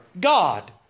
God